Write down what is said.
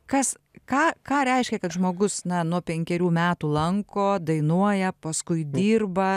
kas ką ką reiškia kad žmogus na nuo penkerių metų lanko dainuoja paskui dirba